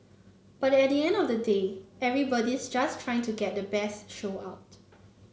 but at the end of the day everybody's just trying to get the best show out